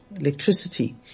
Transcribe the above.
Electricity